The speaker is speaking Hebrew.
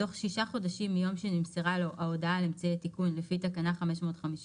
תוך שישה חודשים מיום שנמסרה לו ההודעה על אמצעי התיקון לפי תקנה 550,